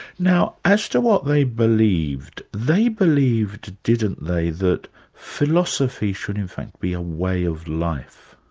now as to what they believed, they believed, didn't they, that philosophy should in fact be a way of life?